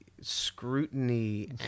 scrutiny